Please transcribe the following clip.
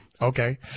okay